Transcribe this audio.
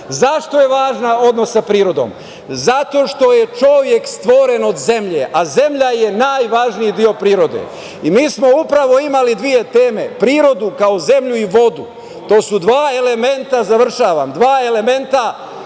Zašto je važan odnos sa prirodom? Zato što je čovek stvoren od zemlje, a zemlja je najvažniji deo prirode. Mi smo upravo imali dve teme, prirodu kao zemlju i vodu. To su dva elementa od kojih je stvoren